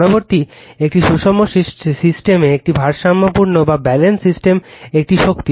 পরবর্তী একটি সুষম সিস্টেমে একটি ভারসাম্যপূর্ণ সিস্টেমে একটি শক্তি